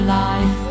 life